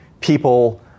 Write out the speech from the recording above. people